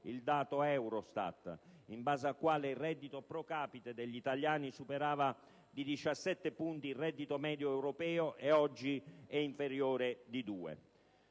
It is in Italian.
il dato Eurostat, in base al quale il reddito *pro capite* degli italiani, che superava di 17 punti il reddito medio europeo, oggi invece è inferiore di